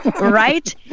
right